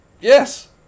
Yes